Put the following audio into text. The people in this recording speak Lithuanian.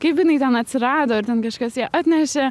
kaip jinai ten atsirado ar ten kažkas ją atnešė